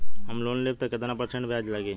हम लोन लेब त कितना परसेंट ब्याज लागी?